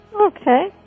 Okay